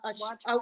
watch